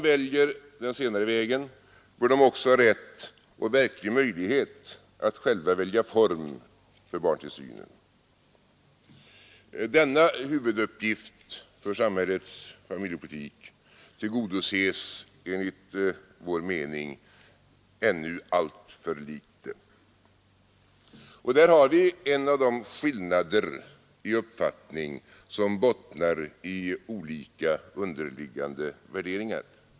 Väljer de det senare bör de också ha rätt och verklig möjlighet att själva välja form för barntillsynen. Denna huvuduppgift för familjepolitiken löses inte alls med nu fungerande system.” Där har vi en av de skillnader i uppfattning som bottnar i olika underliggande värderingar.